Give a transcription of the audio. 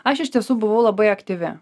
aš iš tiesų buvau labai aktyvi